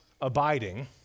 abiding